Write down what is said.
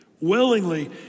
willingly